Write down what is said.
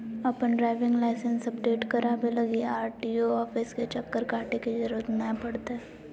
अपन driving licence update कराबे लगी आर.टी.ओ ऑफिस के चक्कर काटे के जरूरत नै पड़तैय